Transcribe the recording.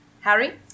Harry